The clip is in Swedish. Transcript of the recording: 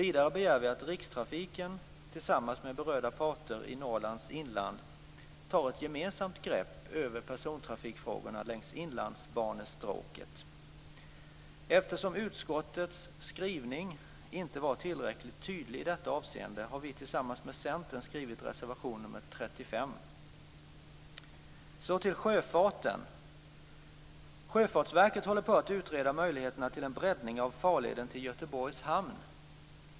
Vidare begär vi att Rikstrafiken tillsammans med berörda parter i Norrlands inland tar ett gemensamt grepp om persontrafikfrågorna längs inlandsbanestråket. Eftersom utskottets skrivning inte är tillräckligt tydlig i detta avseende har vi tillsammans med Centern skrivit reservation nr 35. Så går jag över till sjöfarten. Sjöfartsverket håller på att utreda möjligheterna till en breddning av farleden till Göteborgs hamn.